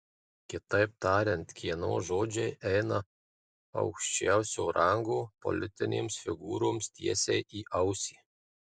kitaip tariant kieno žodžiai eina aukščiausio rango politinėms figūroms tiesiai į ausį